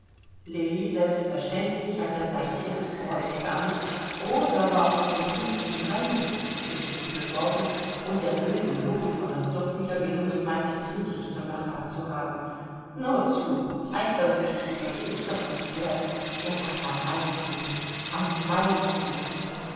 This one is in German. lilli selbstverständlich an der seite ihres bräutigams rosa war von dem prinzlichen heinrich zu tisch geführt worden und der bösen lori war es doch wieder gelungen meinen friedrich zum nachbar zu haben nur zu eifersüchtig würde ich doch nicht werden er war ja mein friedrich am meinsten